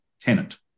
tenant